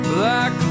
Black